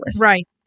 Right